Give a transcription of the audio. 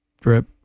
drip